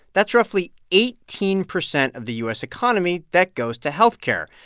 that's roughly eighteen percent of the u s. economy that goes to health care.